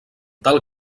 tal